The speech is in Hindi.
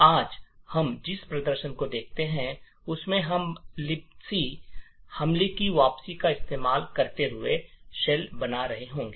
आज हम जिस प्रदर्शन को देखते हैं उसमें हम लिबक हमले की वापसी का इस्तेमाल करते हुए शेल बना रहे होंगे